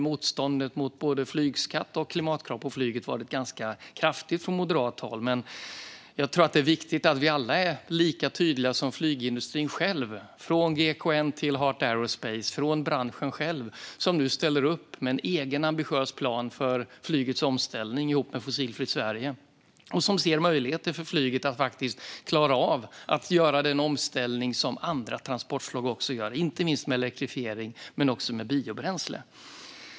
Motståndet mot både flygskatt och klimatkrav på flyget har ju varit ganska kraftigt från moderat håll. Jag tror att det är viktigt att vi alla är lika tydliga som flygindustrin själv är, från GKN till Heart Aerospace, liksom branschen som nu ställer upp med en egen ambitiös plan för flygets omställning ihop med Fossilfritt Sverige och som ser möjligheter för flyget att faktiskt klara av att göra den omställning som andra transportslag också gör, inte minst med elektrifiering men också med biobränsle.